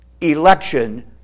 Election